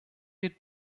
wir